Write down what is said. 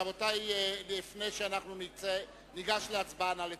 רבותי, לפני שאנחנו ניגש להצבעה, נא לצלצל.